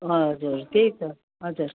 हजुर त्यही त हजुर